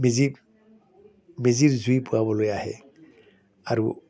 মেজিত মেজিৰ জুই পোৱাবলৈ আহে আৰু